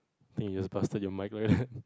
I think you just busted you mic leh